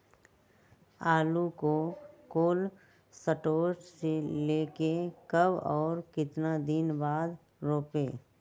आलु को cold store से ले के कब और कितना दिन बाद रोपे?